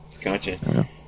Gotcha